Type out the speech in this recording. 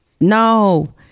no